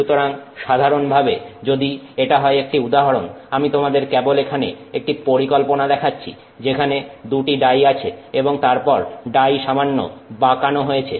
সুতরাং সাধারণভাবে যদি এটা হয় একটি উদাহরণ আমি তোমাদের কেবল এখানে একটি পরিকল্পনা দেখাচ্ছি যেখানে দুটি ডাই আছে এবং তারপর ডাই সামান্য বাকানো হয়েছে